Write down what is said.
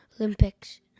Olympics